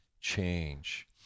change